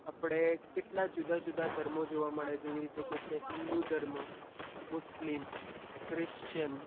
આપણે કેટલા જુદા જુદા ધર્મો જોવા મળે જેવી રીતે કે છે હિન્દુ ધર્મ મુસ્લિમ ક્રિશ્ચન